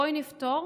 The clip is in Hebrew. בואי נפתור.